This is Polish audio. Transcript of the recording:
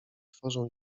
tworzą